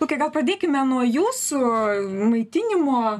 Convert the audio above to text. lukai gal pradėkime nuo jūsų maitinimo